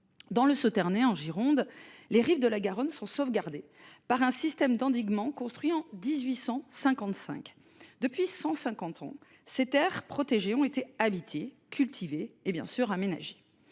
Dans le Sauternais en Gironde les rives de la Garonne sont sauvegardés par un système d'endiguement construit en 1855. Depuis 150 ans ces Terres protégés ont été habité cultivé et bien sûr. C'est